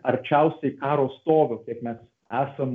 arčiausiai karo stogo kiek mes esam